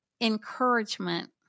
encouragement